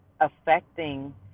affecting